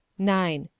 nine.